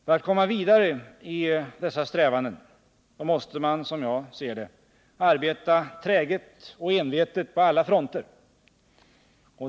För att komma vidare i dessa strävanden måste man, som jag ser det, arbeta träget och envetet på alla fronter.